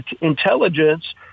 intelligence